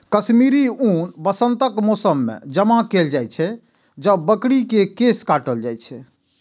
कश्मीरी ऊन वसंतक मौसम मे जमा कैल जाइ छै, जब बकरी के केश काटल जाइ छै